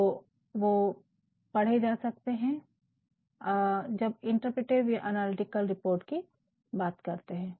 तो वो पढ़े जा सकते है जब इंटरप्रेटिव या एनालिटिकल रिपोर्ट की बात करते है